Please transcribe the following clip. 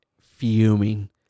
fuming